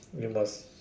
we must